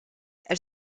elle